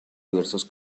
diversos